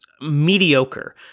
mediocre